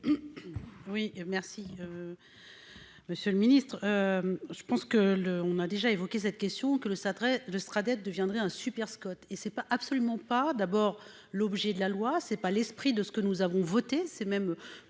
Oui merci. Monsieur le Ministre. Je pense que l'on a déjà évoqué cette question que le ça très de sera dette deviendrait un super-Scott et ce n'est pas absolument pas d'abord l'objet de la loi c'est pas l'esprit de ce que nous avons voté, c'est même